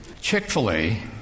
Chick-fil-A